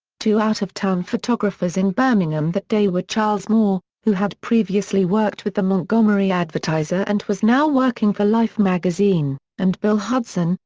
two out-of-town photographers in birmingham that day were charles moore, who had previously worked with the montgomery advertiser and was now working for life magazine, and bill hudson,